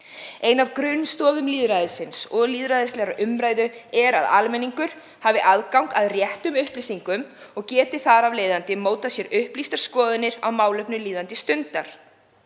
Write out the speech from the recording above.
Ein af grunnstoðum lýðræðisins og lýðræðislegrar umræðu er að almenningur hafi aðgang að réttum upplýsingum og geti þar af leiðandi mótað sér upplýstar skoðanir á málefnum líðandi stundar.